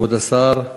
כבוד השר,